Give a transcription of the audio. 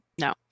no